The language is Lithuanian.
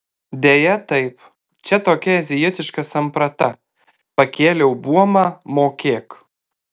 deja taip čia tokia azijietiška samprata pakėliau buomą mokėk